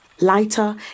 Lighter